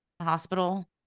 hospital